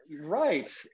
Right